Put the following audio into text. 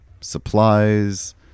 supplies